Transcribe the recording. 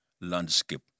landscape